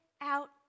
out